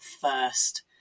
first